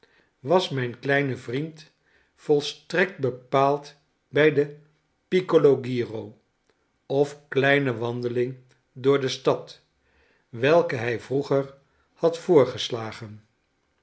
was mijn kleine vriend volstrekt bepaald bij de p i c c o o giro of kleine wandeling door de stad welke hij vroeger had